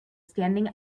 standing